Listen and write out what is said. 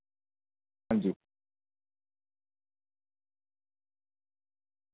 हांजी